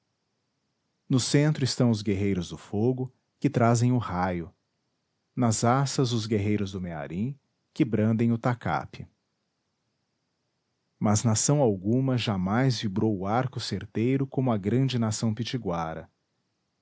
no centro estão os guerreiros do fogo que trazem o raio nas assas os guerreiros do mearim que brandem o tacape mas nação alguma jamais vibrou o arco certeiro como a grande nação